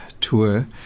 tour